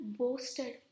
boasted